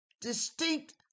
distinct